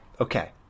okay